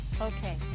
Okay